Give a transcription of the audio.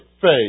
faith